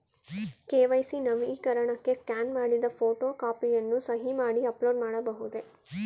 KYC ನವೀಕರಣಕ್ಕೆ scan ಮಾಡಿದ photo ಕಾಪಿಯನ್ನು ಸಹಿ ಮಾಡಿ ಅಪ್ಲೋಡ್ ಮಾಡಬಹುದೇ?